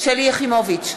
שלי יחימוביץ,